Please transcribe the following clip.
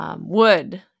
Wood